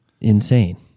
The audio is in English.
insane